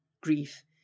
grief